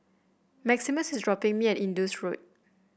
Maximus is dropping me at Indus Road